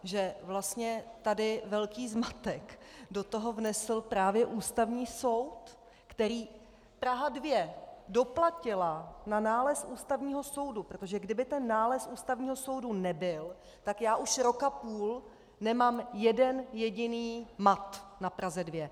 Že vlastně tady velký zmatek do toho vnesl právě Ústavní soud, který Praha 2 doplatila na nález Ústavního soudu, protože kdyby ten nález Ústavního soudu nebyl, tak já už rok a půl nemám jeden jediný mat na Praze 2.